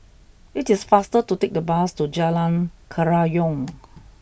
it is faster to take the bus to Jalan Kerayong